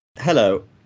Hello